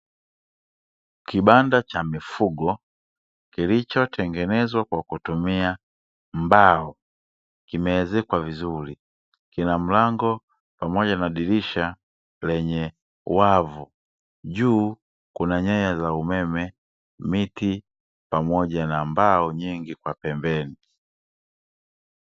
Kibanda cha mifugo kilichotengenezwa kwa kutumia mbao kimeezekwa vizuri kina mlango pamoja na dirisha lenye wavu, juu kuna nyaya za umeme, miti pamoja na mbao nyingi kwa pembeni.